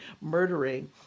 murdering